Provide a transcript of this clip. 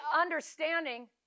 understanding